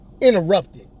interrupted